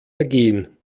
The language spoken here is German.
ergehen